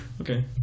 Okay